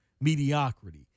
mediocrity